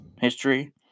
history